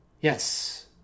Yes